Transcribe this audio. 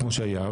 כמו שהיה,